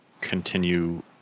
continue